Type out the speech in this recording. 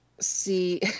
See